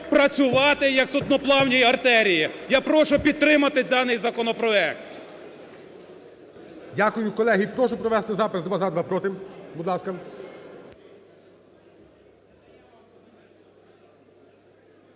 працювати як судноплавній артерії. Я прошу підтримати даний законопроект. ГОЛОВУЮЧИЙ. Дякую. Колеги, прошу провести запис: два – "за", два – "проти". Будь ласка.